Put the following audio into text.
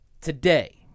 Today